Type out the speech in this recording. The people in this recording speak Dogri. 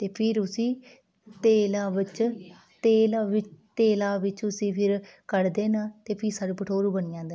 ते फिर उसी तेला बिच्च तेल बिच्च तेला बिच्च उसी फिर कड्ढदे न ते फ्ही साढ़े भठोरू बनी जंदे न